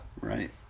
Right